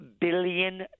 billion